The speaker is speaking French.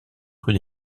rue